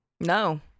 no